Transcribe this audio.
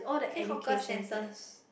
think hawker centres